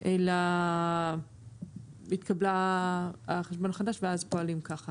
אלא התקבל החשבון החדש ואז פועלים ככה.